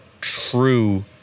true